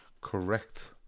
Correct